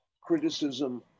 criticism